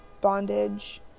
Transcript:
bondage